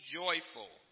joyful